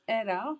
era